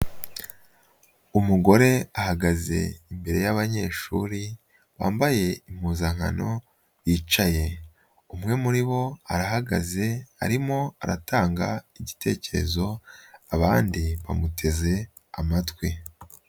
Umugore ahagaze imbere yabanyeshuri bambaye impuzankano bicaye. Umwe muri bo arahagaze arimo aratanga igitekerezo, abandi bamuteze amatwi.